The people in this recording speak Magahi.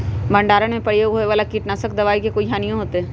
भंडारण में प्रयोग होए वाला किट नाशक दवा से कोई हानियों होतै?